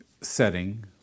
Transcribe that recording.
setting